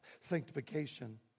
sanctification